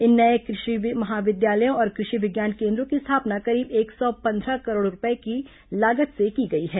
इन नये कृषि महाविद्यालयों और कृषि विज्ञान केन्द्रों की स्थापना करीब एक सौ पंद्रह करोड़ रूपये की लागत से की गई है